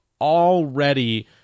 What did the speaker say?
already